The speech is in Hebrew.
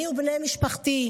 אני ובני משפחתי,